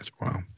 Wow